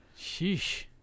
Sheesh